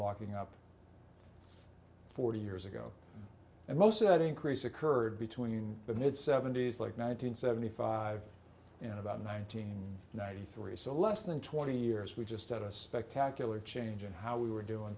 locking up forty years ago and most of that increase occurred between the mid seventy's like nine hundred seventy five in about nineteen ninety three so less than twenty years we just had a spectacular change in how we were doing